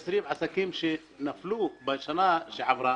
520 עסקים שנפלו בשנה שעברה,